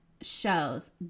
shows